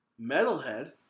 Metalhead